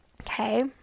Okay